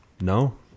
No